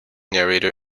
narrator